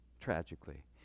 Tragically